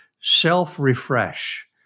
self-refresh